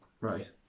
Right